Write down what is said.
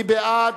מי בעד?